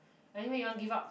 anyway you want give up